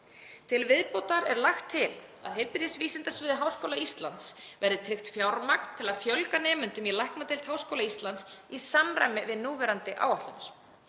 Til viðbótar er lagt til að heilbrigðisvísindasviði Háskóla Íslands verði tryggt fjármagn til að fjölga nemendum í læknadeild Háskóla Íslands í samræmi við núverandi áætlanir.